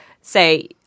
say